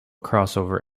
crossover